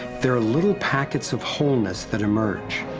there are little packets of wholeness that emerge.